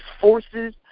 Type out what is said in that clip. forces